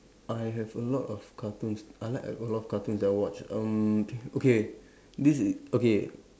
I have a lot of cartoons I like a lot of cartoons that I watch um okay this is okay